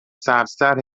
سبزتر